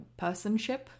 personship